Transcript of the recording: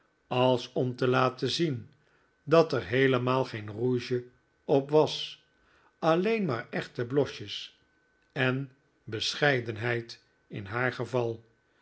als om te laten zien dat er heelemaal geen rouge op was alleen maar echte blosjes en bescheidenheid in haar geval